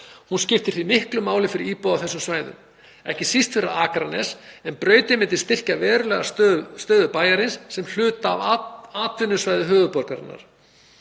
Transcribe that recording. Hún skiptir því miklu fyrir íbúa á þessum svæðum. Ekki síst fyrir Akranes, en brautin myndi styrkja verulega stöðu bæjarins sem hluta af atvinnusvæði höfuðborgarinnar.